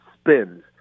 spins